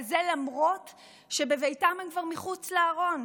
וזה למרות שבביתם הם כבר מחוץ לארון.